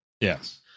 Yes